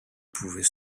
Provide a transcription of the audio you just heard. pouvait